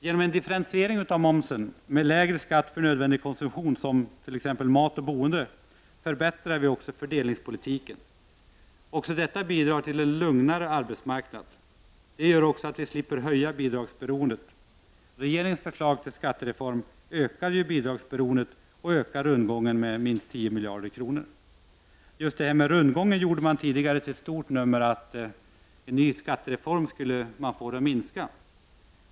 Genom en differentiering av momsen, med lägre skatt för nödvändig konsumtion såsom mat och boende, förbättrar vi också fördelningspolitiken. Också detta bidrar till en lugnare arbetsmarknad. Det gör också att vi slipper öka bidragsberoendet. Regeringens förslag till skattereform ökar ju bidragsberoendet och ökar rundgången med minst 10 miljarder kronor. Detta med rundgången gjorde man tidigare ett stort nummer av. Just den skulle en ny skattereform minska.